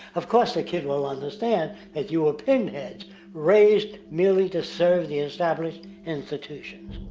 of course, the kid will understand that you're pinheads raised merely to serve the established institutons.